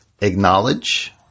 acknowledge